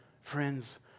Friends